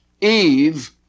Eve